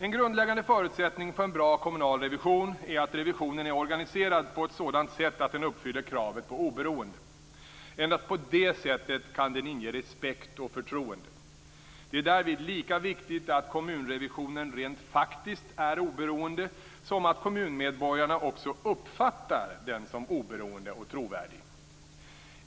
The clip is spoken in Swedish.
En grundläggande förutsättning för en bra kommunal revision är att revisionen är organiserad på ett sådant sätt att den uppfyller kravet på oberoende. Endast på det sättet kan den inge respekt och förtroende. Det är därvid lika viktigt att kommunrevisionen rent faktiskt är oberoende som att kommunmedborgarna också uppfattar den som oberoende och trovärdig.